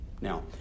now